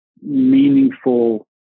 meaningful